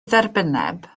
dderbynneb